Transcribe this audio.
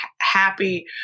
happy